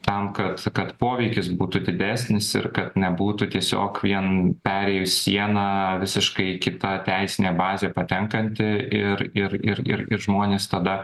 tam kad kad poveikis būtų didesnis ir kad nebūtų tiesiog vien perėjus sieną visiškai kita teisinė bazė patenkanti ir ir ir ir žmonės tada